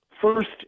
first